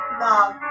love